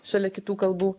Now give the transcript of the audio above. šalia kitų kalbų